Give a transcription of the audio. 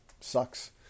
sucks